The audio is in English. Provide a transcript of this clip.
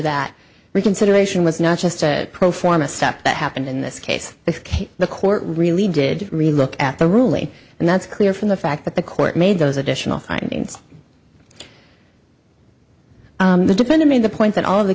that reconsideration was not just a pro forma step that happened in this case if the court really did relook at the ruling and that's clear from the fact that the court made those additional findings the defendant made the point that all of the